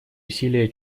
усилия